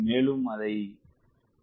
மேலும் இழுக்கவும்